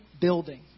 Building